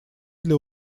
для